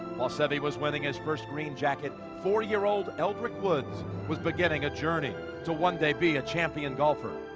while seve was winning his first green jacket, four-year-old eldrick woods was beginning a journey to one day be a champion golfer.